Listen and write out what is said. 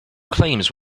claims